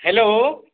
hello